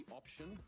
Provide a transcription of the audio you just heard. option